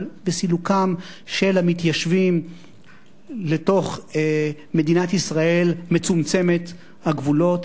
אבל בסילוקם של המתיישבים לתוך מדינת ישראל מצומצמת הגבולות,